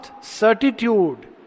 certitude